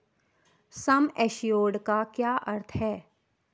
सम assured का क्या अर्थ है?